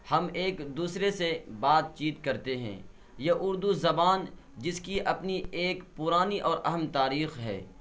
ہم ایک دوسرے سے بات چیت کرتے ہیں یہ اردو زبان جس کی اپنی ایک پرانی اور اہم تاریخ ہے